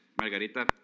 Margarita